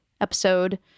episode